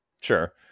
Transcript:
Sure